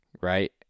right